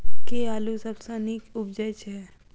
केँ आलु सबसँ नीक उबजय छै?